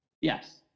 Yes